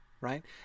right